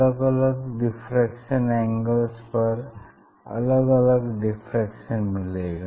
अलग अलग diffraction angles पर अलग अलग डिफ्रैक्शन मिलेगा